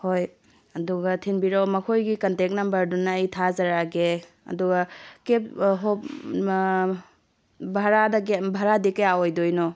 ꯍꯣꯏ ꯑꯗꯨꯒ ꯊꯤꯟꯕꯤꯔꯛꯑꯣ ꯃꯈꯣꯏꯒꯤ ꯀꯟꯇꯦꯛ ꯅꯝꯕꯔꯗꯨꯅ ꯑꯩ ꯊꯥꯖꯔꯛꯑꯒꯦ ꯑꯗꯨꯒ ꯀꯦꯕ ꯚꯥꯔꯥꯗꯤ ꯚꯥꯔꯥꯗꯤ ꯀꯌꯥ ꯑꯣꯏꯗꯣꯏꯅꯣ